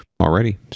already